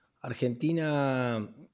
Argentina